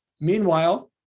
Meanwhile